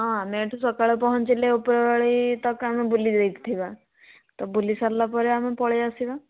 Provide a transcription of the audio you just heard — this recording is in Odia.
ହଁ ଆମେ ଏଠୁ ସକାଳେ ପହଞ୍ଚିଲେ ଉପରଓଳି ତକ ଆମେ ବୁଲିଯାଇଥିବା ତ ବୁଲି ସାରିଲା ପରେ ଆମେ ପଳେଇ ଆସିବା